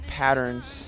patterns